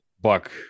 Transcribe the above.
buck